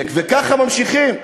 וככה ממשיכים.